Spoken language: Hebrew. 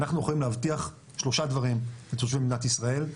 אנחנו אחראים להבטיח שלושה דברים לתושבי מדינת ישראל.